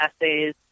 essays